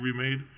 remade